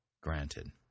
granted